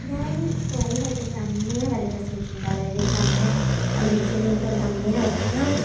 ഞാൻ ലൈവായിട്ടെൻ്റെ അമ്മേനെ വരയ്ക്കാൻ ശ്രമിച്ചിട്ടുണ്ട് അതായത് എൻ്റെ അമ്മ അവിടെ ഇരിക്കുമ്പോൾ എനിക്കെൻ്റെ അമ്മേനെ വരയ്ക്കണം ഞാനൊരു